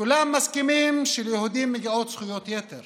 כולם מסכימים שליהודים מגיעות זכויות יתר